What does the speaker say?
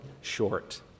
short